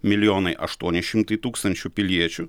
milijonai aštuoni šimtai tūkstančių piliečių